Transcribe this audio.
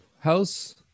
House